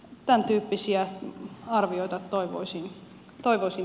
tämäntyyppisiä arvioita toivoisin tehtävän